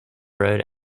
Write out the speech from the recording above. road